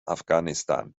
afghanistan